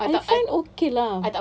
I find okay lah